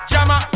Jama